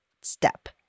step